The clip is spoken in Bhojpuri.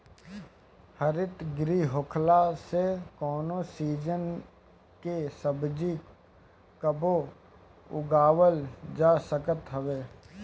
हरितगृह होखला से कवनो सीजन के सब्जी कबो उगावल जा सकत हवे